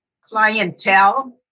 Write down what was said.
clientele